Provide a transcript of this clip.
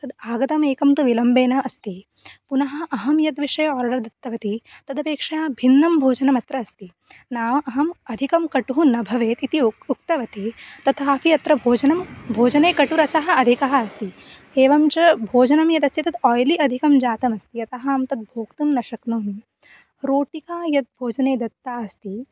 तद् आगतम् एकं तु विलम्बेन अस्ति पुनः अहं यद् विषये आर्डर् दत्तवती तदपेक्षया भिन्नं भोजनम् अत्र अस्ति नाम अहम् अधिकः कटुः न भवेत् इति उक् उक्तवती तथापि अत्र भोजनं भोजने कटुरसः अधिकः अस्ति एवं च भोजनं यद् अस्ति तद् आय्लि अधिकं जातमस्ति अतः अहं तत् भोक्तुं न शक्नोमि रोटिका यद् भोजने दत्ता अस्ति